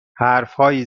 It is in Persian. حرفهایی